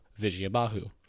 Vijayabahu